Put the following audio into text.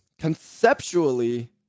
Conceptually